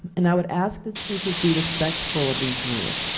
and i would ask the speakers be respectful of these rules.